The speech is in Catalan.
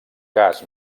cas